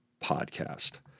podcast